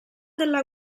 della